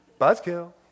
Buzzkill